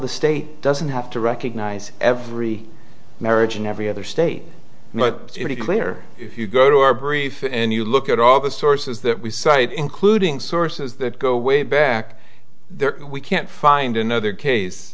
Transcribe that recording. the state doesn't have to recognize every marriage in every other state but pretty clear if you go to our brief and you look at all the sources that we cite including sources that go way back there we can't find another case